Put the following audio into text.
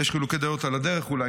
יש חילוקי דעות על הדרך אולי,